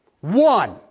One